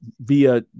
via